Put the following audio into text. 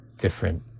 different